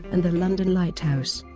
and the london lighthouse.